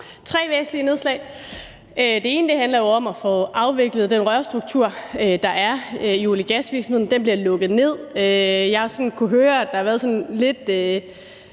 tre væsentlige nedslag. Det ene handler jo om at få afviklet den rørstruktur, der er i olie-gas-virksomhederne. Den bliver lukket ned. Jeg har sådan kunnet høre, at der har været lidt